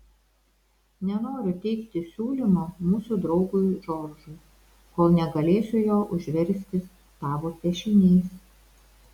nenoriu teikti siūlymo mūsų draugui džordžui kol negalėsiu jo užversti tavo piešiniais